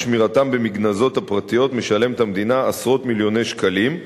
שמירתם במגנזות הפרטיות המדינה משלמת עשרות מיליוני שקלים,